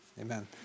Amen